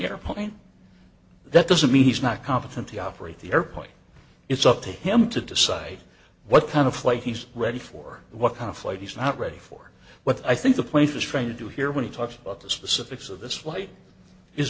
airplane that doesn't mean he's not competent to operate the airplane it's up to him to decide what kind of flight he's ready for what kind of flight he's not ready for what i think the point is trying to do here when he talks about the specifics of this